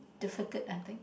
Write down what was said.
difficult I think